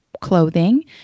clothing